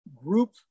group